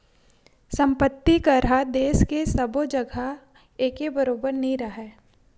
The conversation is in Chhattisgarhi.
संपत्ति कर ह देस के सब्बो जघा एके बरोबर नइ राहय